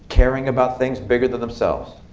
caring about things bigger than themselves.